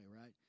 right